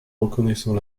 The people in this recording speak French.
reconnaissant